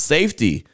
Safety